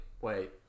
wait